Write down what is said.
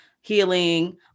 healing